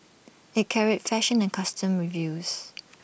IT carried fashion and costume reviews